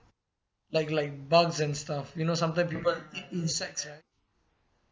like like bugs and stuff you know sometimes people eat insects right